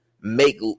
make